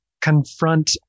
confront